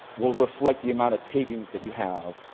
will reflect the amount of takings that you have.